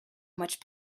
much